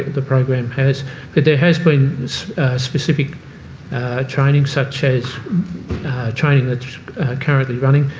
the program has but there has been specific training such as training that's currently running,